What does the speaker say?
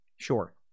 Sure